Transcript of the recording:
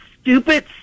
stupid